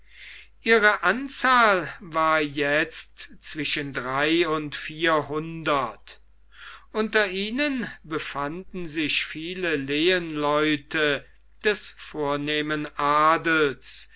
ihre anzahl war jetzt zwischen drei und vierhundert unter ihnen befanden sich viele lehenleute des vornehmen adels